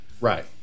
Right